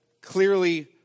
clearly